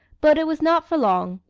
but it was not for long.